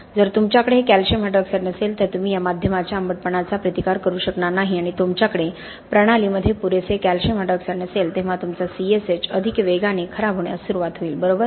जर तुमच्याकडे हे कॅल्शियम हायड्रॉक्साईड नसेल तर तुम्ही या माध्यमाच्या आंबटपणाचा प्रतिकार करू शकणार नाही आणि तुमच्याकडे प्रणालीमध्ये पुरेसे कॅल्शियम हायड्रॉक्साईड नसेल तेव्हा तुमचा C S H अधिक वेगाने खराब होण्यास सुरुवात होईल बरोबर